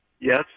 Yes